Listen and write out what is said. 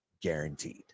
guaranteed